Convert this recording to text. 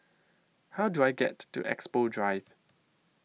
How Do I get to Expo Drive